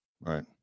Right